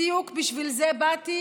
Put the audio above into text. בדיוק בשביל זה באתי.